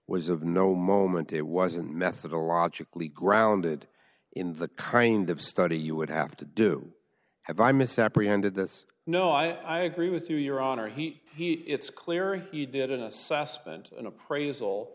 was of no moment it wasn't methodologically grounded in the kind of study you would have to do have i misapprehended this no i agree with you your honor he he it's clear he did an assessment an appraisal